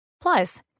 Plus